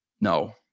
No